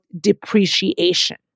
depreciation